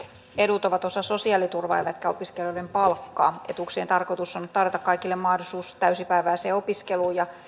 edut ovat osa sosiaaliturvaa eivätkä opiskelijoiden palkkaa etuuksien tarkoitus on tarjota kaikille mahdollisuus täysipäiväiseen opiskeluun ja